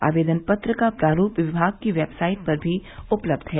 आवेदन पत्र का प्रारूप विभाग की वेबसाइट पर भी उपलब्ध है